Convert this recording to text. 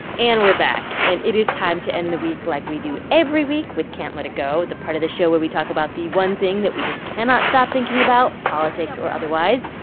and we're back. and it is time to end the week like we do every week with can't let it go, the part of the show where we talk about the one thing that we just cannot stop thinking about, politics or otherwise.